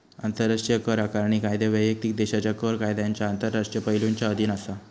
आंतराष्ट्रीय कर आकारणी कायदे वैयक्तिक देशाच्या कर कायद्यांच्या आंतरराष्ट्रीय पैलुंच्या अधीन असा